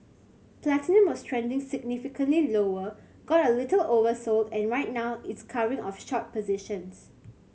platinum was trending significantly lower got a little oversold and right now it's covering of short positions